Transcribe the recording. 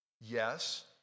yes